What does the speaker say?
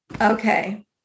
Okay